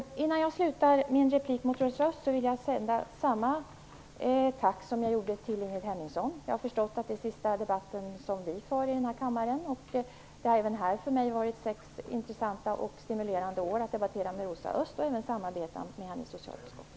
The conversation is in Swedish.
Innan jag slutar min replik till Rosa Östh vill jag framföra samma tack som till Ingrid Hemmingsson. Jag har förstått att det är den sista debatten som vi för i den här kammaren. Det har för mig varit sex intressanta och stimulerande år att få debattera med Rosa Östh och att få samarbeta med henne i socialutskottet.